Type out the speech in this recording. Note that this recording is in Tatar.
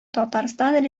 татарстан